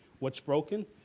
what's broken,